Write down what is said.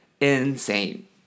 insane